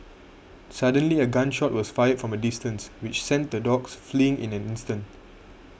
suddenly a gun shot was fired from a distance which sent the dogs fleeing in an instant